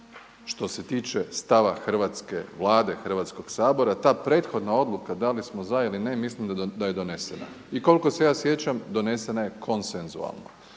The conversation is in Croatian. Što se tiče stava hrvatske Vlade, Hrvatskog sabora te prethodna odluka da li smo za ili ne, mislim da je donesena i koliko se ja sjećam donesena je konsenzualno.